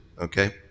Okay